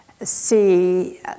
see